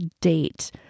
date